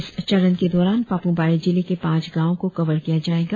इस चरण के दौरान पाप्रमपारे जिले के पांच गांव को कवर किया जायेगा